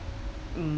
mm